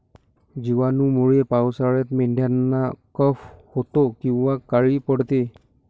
जिवाणूंमुळे पावसाळ्यात मेंढ्यांना कफ होतो किंवा काळी पडते